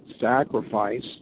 sacrifice